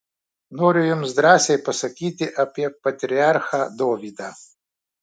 noriu jums drąsiai pasakyti apie patriarchą dovydą